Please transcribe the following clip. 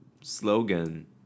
slogan